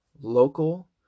local